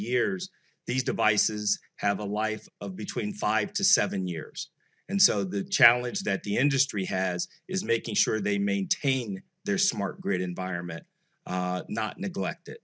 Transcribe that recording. years these devices have a life of between five to seven years and so the challenge that the industry has is making sure they maintain their smart grid environment not